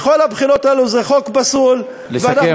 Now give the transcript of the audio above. מכל הבחינות האלה זה חוק פסול, לסכם בבקשה.